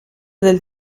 del